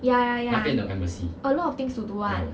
ya ya ya a lot of things to do [one]